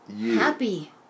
happy